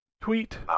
Tweet